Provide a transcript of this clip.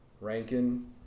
Rankin